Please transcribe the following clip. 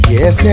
Yes